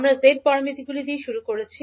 আমরা z প্যারামিটারগুলি দিয়ে শুরু করেছি